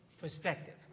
perspective